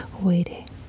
waiting